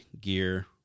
gear